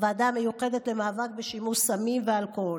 הוועדה המיוחדת למאבק בשימוש בסמים ואלכוהול.